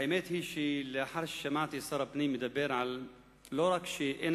האמת היא שלאחר ששמעתי את שר הפנים אומר שלא רק שאין